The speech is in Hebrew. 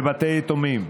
בבתי יתומים.